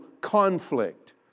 conflict